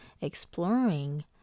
exploring